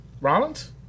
Rollins